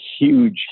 huge